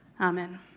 amen